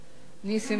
נסים זאב,